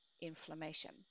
inflammation